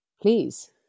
Please